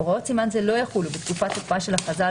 הוראות סימן זה לא יחולו בתקופת תקופה של הכרזה על